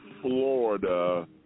Florida